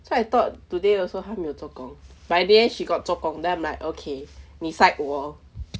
so I thought today also 她 also 没有做工 but in the end she got 做工 then I'm like okay 你 side 我